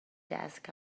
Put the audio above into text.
desk